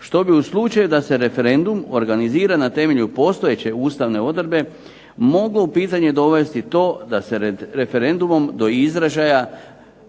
što bi u slučaju da se referendum organizira na temelju postojeće ustavne odredbe moglo u pitanje dovesti to da se referendumom do izražaja